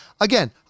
again